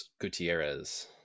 Gutierrez